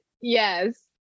yes